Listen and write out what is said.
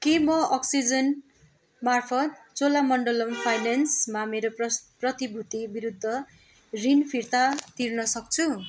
के म अक्सिजेन मार्फत चोलामण्डलम फाइनेन्समा मेरो प्रस् प्रतिभूति विरुद्ध ऋण फिर्ता तिर्न सक्छु